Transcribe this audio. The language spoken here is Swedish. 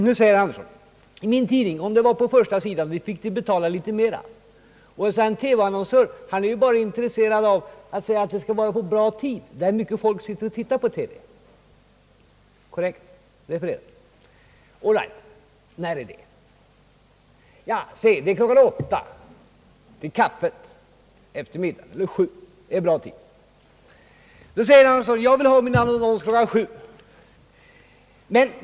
Nu säger herr Axel Andersson att i tidningarna får annonsörerna betala mera för annonser på första sidan, medan en TV-annonsör bara är intresserad av att hans programinslag skall visas vid en bra tid när mycket folk tittar på TV. Det är alldeles rätt. All right. När är det en bra tidpunkt? Klockan 20 vid kaffet efter middagen eller klockan 19 är bra tider. Annonsören säger kanske då: Jag vill ha min annons klockan 19.